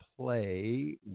play